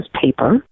paper